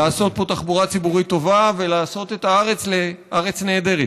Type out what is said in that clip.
לעשות פה תחבורה ציבורית טובה ולעשות את הארץ לארץ נהדרת.